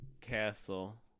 castle